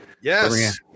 Yes